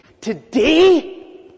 today